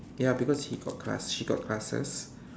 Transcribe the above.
ya because he got class she got classes